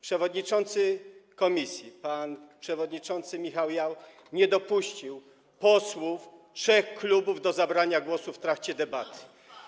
Przewodniczący komisji, pan przewodniczący Michał Jach nie dopuścił posłów trzech klubów do zabrania głosu w trakcie debaty.